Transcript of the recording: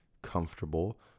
comfortable